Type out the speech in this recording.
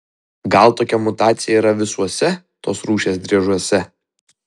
gal tokia mutacija yra visuose tos rūšies driežuose